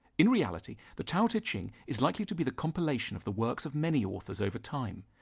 in reality, the tao te ching is likely to be the compilation of the works of many authors over time.